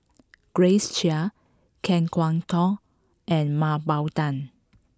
Grace Chia Kan Kwok Toh and Mah Bow Tan